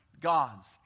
gods